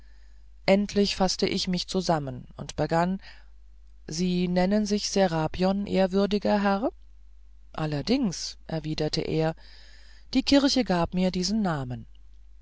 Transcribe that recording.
endlich faßte ich mich zusammen und begann sie nennen sich serapion ehrwürdiger herr allerdings erwiderte er die kirche gab mir diesen namen